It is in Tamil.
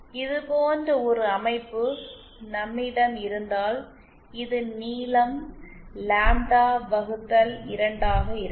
இது போன்ற ஒரு அமைப்பு நம்மிடம் இருந்தால் இது நீளம் லாம்ப்டா வகுத்தல் 2 ஆக இருக்கும்